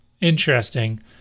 interesting